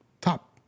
top